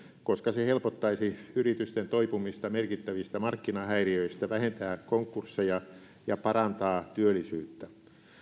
koska se helpottaisi yritysten toipumista merkittävistä markkinahäiriöistä vähentää konkursseja ja parantaa työllisyyttä